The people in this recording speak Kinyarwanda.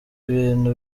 ibintu